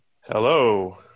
Hello